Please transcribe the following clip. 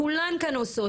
כולן כאן עושות.